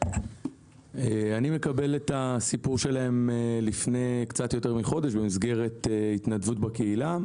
אני מקבל את הסיפור שלהן לפני קצת יותר מחודש במסגרת התנדבות בקהילה.